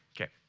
Okay